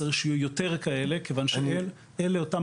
צריך שיהיו יותר כאלה כיוון שאלה אותם